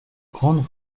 grande